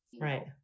right